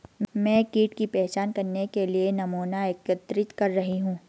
मैं कीट की पहचान करने के लिए नमूना एकत्रित कर रही हूँ